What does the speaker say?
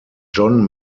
john